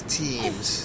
teams